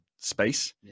space